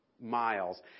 miles